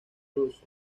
rush